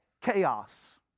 chaos